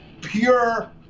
Pure